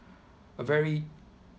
a very